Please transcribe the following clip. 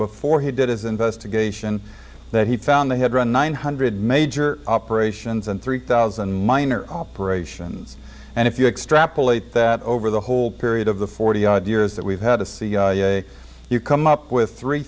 before he did his investigation that he found they had run nine hundred major operations and three thousand minor operations and if you extrapolate that over the whole period of the forty odd years that we've had a cia you come up with three